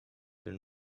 been